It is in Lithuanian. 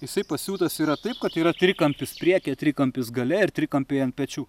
jisai pasiūtas yra taip kad yra trikampis priekyje trikampis gale ir trikampiai ant pečių